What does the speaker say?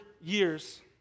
years